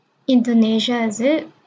indonesia is it